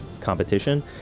competition